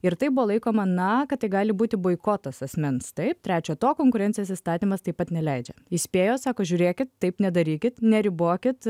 ir tai buvo laikoma na kad tai gali būti boikotas asmens taip trečio to konkurencijos įstatymas taip pat neleidžia įspėjo sako žiūrėkit taip nedarykit neribokit